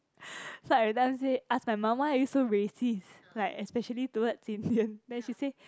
so every time say ask my mum why are you so racist like especially towards Indian then she say